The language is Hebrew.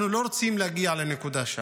אנחנו לא רוצים להגיע לנקודה שם,